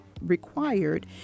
required